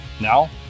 Now